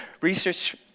research